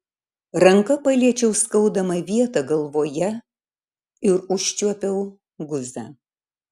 ranka paliečiau skaudamą vietą galvoje ir užčiuopiau guzą